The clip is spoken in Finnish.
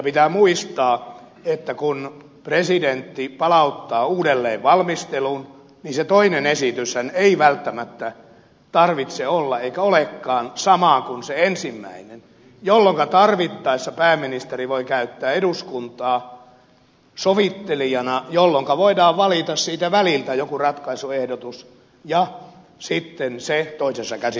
pitää muistaa että kun presidentti palauttaa uudelleen valmisteluun niin sen toisen esityksenhän ei välttämättä tarvitse olla eikä olekaan sama kuin se ensimmäinen jolloinka tarvittaessa pääministeri voi käyttää eduskuntaa sovittelijana jolloinka voidaan valita siitä väliltä joku ratkaisuehdotus ja sitten se toisessa käsittelyssä hyväksytään